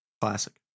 classic